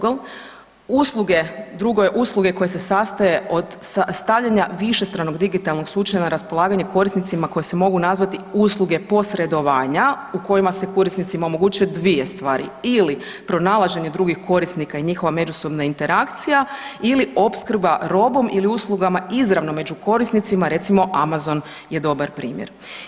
Usluge, drugo je, usluge koje se sastoje od stavljanja višestranog digitalnog sučelja na raspolaganje korisnicima koja se mogu nazvati usluge posredovanja u kojima se korisnicima omogućuje dvije stvari, ili pronalaženje drugih korisnika i njihova međusobna interakcija ili opskrba robom ili uslugama izravno među korisnicima, recimo Amazon je dobar primjer.